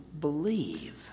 believe